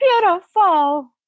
beautiful